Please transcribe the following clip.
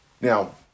Now